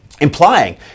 implying